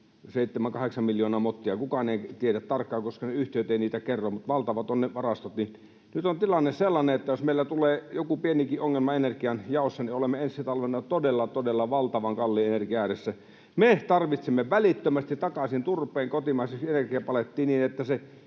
miljoonaa mottia. Kukaan ei tiedä tarkkaan, koska yhtiöt eivät niitä kerro, mutta valtavat ovat ne varastot. Nyt on tilanne sellainen, että jos meillä tulee joku pienikin ongelma energianjaossa, olemme ensi talvena todella todella valtavan kalliin energian ääressä. Me tarvitsemme välittömästi takaisin turpeen kotimaiseen energiapalettiin, niin että se